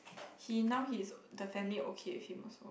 he now his the family okay with him also